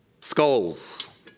Skulls